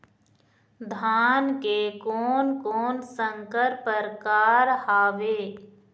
धान के कोन कोन संकर परकार हावे?